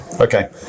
Okay